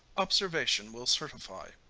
observation will certify.